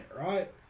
right